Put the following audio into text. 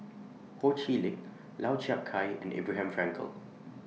Ho Chee Lick Lau Chiap Khai and Abraham Frankel